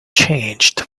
changed